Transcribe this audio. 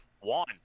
One